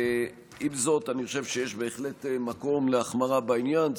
עם זאת, אני חושב שיש בהחלט מקום להחמרה בעניין.